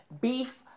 Beef